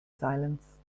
silence